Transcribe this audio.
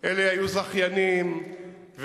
כאשר יש הבדלים חברתיים,